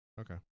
Okay